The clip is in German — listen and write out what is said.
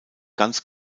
ganz